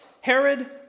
Herod